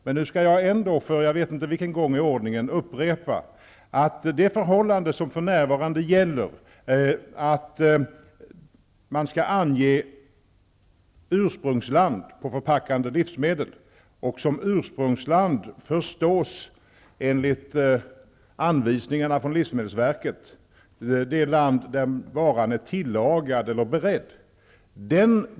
Jag skall ändå för jag vet inte vilken gång i ordningen upprepa det förhållande som för närvarande gäller, att ursprungsland skall anges på förpackat livsmedel och att som ursprungsland förstås, enligt anvisningarna från livsmedelsverket, det land där varan är tillagad eller beredd.